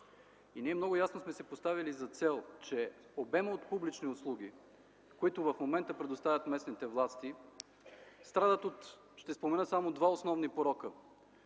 Ние много ясно сме си поставили за цел, че обемът от публични услуги, които в момента предоставят местните власти, страдат – ще спомена само два основни порока